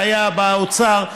שהיה באוצר,